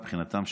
מבחינתם,